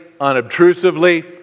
unobtrusively